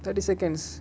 thirty seconds